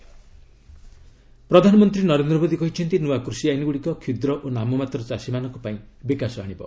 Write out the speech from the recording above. PM farm laws Narendra ନରେନ୍ଦ୍ର ମୋଦୀ କହିଛନ୍ତି ନୂଆ କୃଷି ଆଇନ୍ଗୁଡ଼ିକ କ୍ଷୁଦ୍ର ଓ ନାମମାତ୍ର ଚାଷୀମାନଙ୍କ ପାଇଁ ବିକାଶ ଆଣିବ